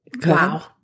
Wow